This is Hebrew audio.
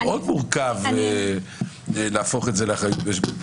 מאוד מורכב להפוך את זה לאחריות משותפת,